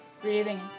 Breathing